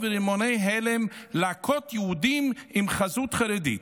ורימוני הלם להכות יהודים עם חזות חרדית.